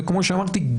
וכמו שאמרתי,